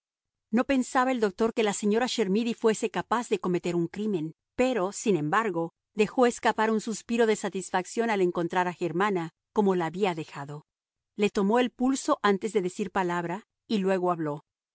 no pensaba el doctor que la señora chermidy fuese capaz de cometer un crimen pero sin embargo dejó escapar un suspiro de satisfacción al encontrar a germana como la había dejado le tomó el pulso antes de decir palabra y luego habló